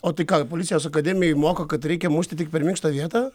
o tai ką policijos akademijoj moko kad reikia mušti tik per minkštą vietą